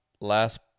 Last